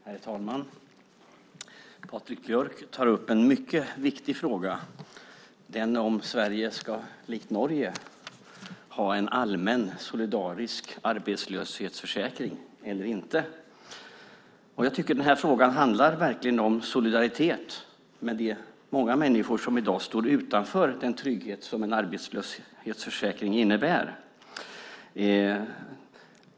Herr talman! Patrik Björck tar upp en mycket viktig fråga - den om Sverige likt Norge ska ha en allmän solidarisk arbetslöshetsförsäkring eller inte. Jag tycker att frågan verkligen handlar om solidaritet med de många människor som i dag står utanför den trygghet som en arbetslöshetsförsäkring innebär.